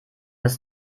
das